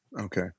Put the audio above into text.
Okay